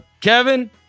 Kevin